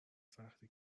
سختی